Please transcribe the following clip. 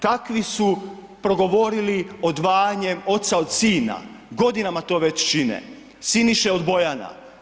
Takvi su progovorili odvajanjem oca od sina, godinama to već čine, Siniše od Bojana.